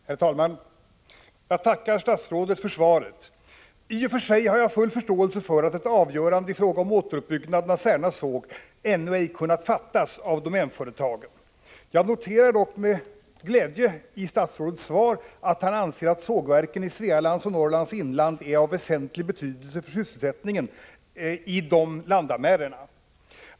Herr talman! Jag tackar statsrådet för svaret. I och för sig har jag full förståelse för att ett avgörande i fråga om återuppbyggnaden av Särna Såg ännu ej har kunnat fattas av Domänföretagen. Jag noterar dock med glädje att statsrådet i svaret framhåller att sågverken i Svealands och Norrlands inland är av väsentlig betydelse för sysselsättningen i de landamären.